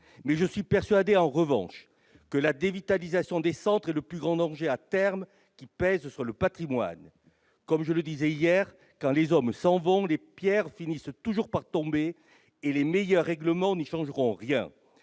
je suis persuadé que la dévitalisation des centres est le plus grand danger à terme qui pèse sur le patrimoine. Comme je le disais hier, quand les hommes s'en vont, les pierres finissent toujours par tomber, et les meilleurs règlements n'y changeront rien.